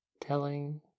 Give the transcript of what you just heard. telling